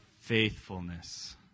faithfulness